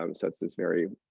um so it's this very